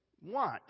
want